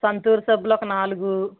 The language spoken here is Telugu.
సంతూర్ సబ్బులు ఒక నాలుగు